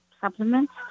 supplements